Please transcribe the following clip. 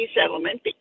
settlement